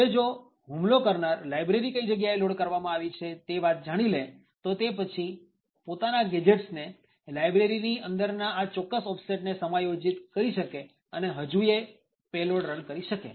હવે જો હુમલો કરનાર લાયબ્રેરી કઈ જગ્યાએ લોડ કરવામાં આવી છે તે જાણી લે તો તે પછી પોતાના ગેજેટ્સ ને લાયબ્રેરી ની અંદરના આ ચોક્કસ ઓફસેટસને સમાયોજિત કરી શકે અને હજુયે પેલોડ રન કરી શકે